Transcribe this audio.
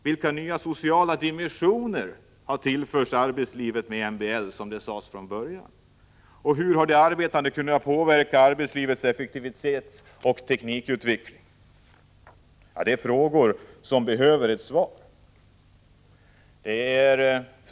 Vilka nya sociala dimensioner har tillförts arbetslivet med MBL? Hur har de arbetande kunnat påverka arbetslivets effektivitetsoch teknikutveckling? Det är frågor som behöver ett svar.